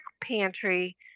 pantry